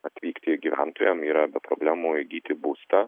atvykti gyventojam yra be problemų įgyti būstą